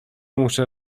muszę